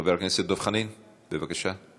חבר הכנסת דב חנין, בבקשה.